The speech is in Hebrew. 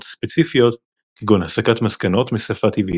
ספציפיות כגון הסקת מסקנות משפה טבעית,